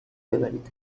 ببرید